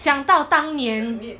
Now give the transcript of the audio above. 想到当年